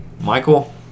Michael